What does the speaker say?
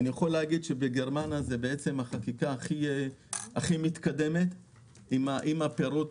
בגרמניה יש החקיקה הכי מתקדמת עם יותר פירוט.